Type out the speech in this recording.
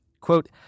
Quote